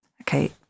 Okay